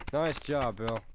nice job, bill.